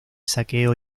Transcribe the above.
saqueo